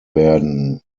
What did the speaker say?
werden